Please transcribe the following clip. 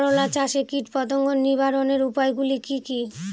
করলা চাষে কীটপতঙ্গ নিবারণের উপায়গুলি কি কী?